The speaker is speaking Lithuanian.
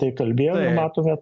tai kalbėjo matome